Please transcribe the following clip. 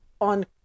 on